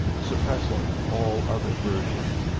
suppressing all other versions,